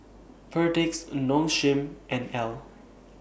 Perdix Nong Shim and Elle